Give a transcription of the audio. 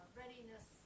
readiness